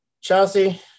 Chelsea